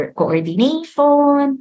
coordination